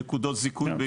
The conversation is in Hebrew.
נקודות זיכוי,